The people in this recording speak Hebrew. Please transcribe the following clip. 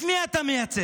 את מי אתה מייצג?